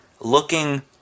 looking